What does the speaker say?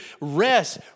rest